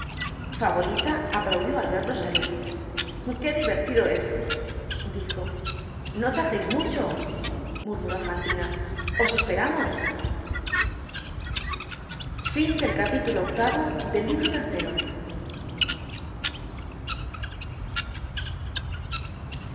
favorita aplaudió al verlos salir qué divertido es dijo no tardeis mucho murmuró fantina os esperamos